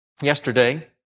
yesterday